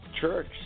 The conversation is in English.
church